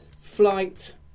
Flight